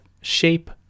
shape